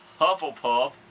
Hufflepuff